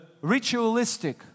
ritualistic